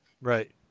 Right